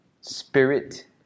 spirit